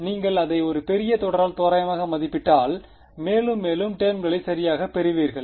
எனவே நீங்கள் அதை ஒரு பெரிய தொடரால் தோராயமாக மதிப்பிட்டால் மேலும் மேலும் டேர்ம்களை சரியாகப் பெறுவீர்கள்